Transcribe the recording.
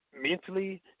mentally